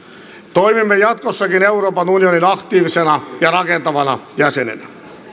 toimimme jatkossakin euroopan unionin aktiivisena ja rakentavana jäsenenä